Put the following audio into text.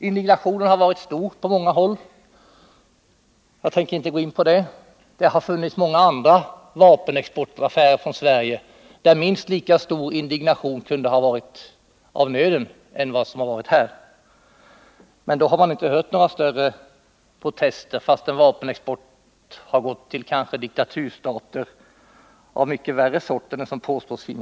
Indignationen har varit stor på många håll, men jag tänker inte gå in på det. Det har förekommit många andra affärer med svensk export av vapen där minst lika stor indignation som i detta fall kunde ha varit befogad. Men i de fallen har man inte hört några större protester, trots att exporten kanske gått till diktaturstater av mycket värre sort än vad Libyen påstås vara.